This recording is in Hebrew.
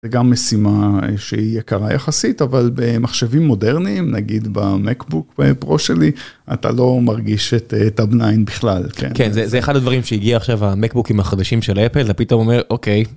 זה גם משימה שהיא יקרה יחסית אבל במחשבים מודרניים נגיד במקבוק פרו שלי אתה לא מרגיש את הבנין בכלל. כן זה אחד הדברים שהגיע עכשיו המקבוקיםהחדשים של אפל פתאום אומר אוקיי.